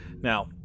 Now